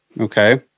Okay